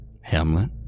Hamlet